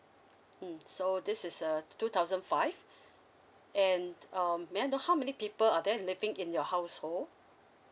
mm so this is a two thousand five and um may I know how many people are there living in your household